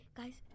guys